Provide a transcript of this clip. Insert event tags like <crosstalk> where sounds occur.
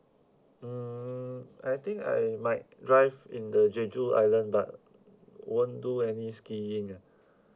mm I think I might drive in the jeju island but won't do any skiing ah <breath>